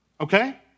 okay